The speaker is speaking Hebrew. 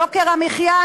יוקר המחיה,